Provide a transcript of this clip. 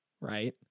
right